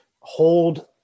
hold